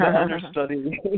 understudy